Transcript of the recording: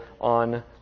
on